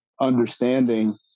understanding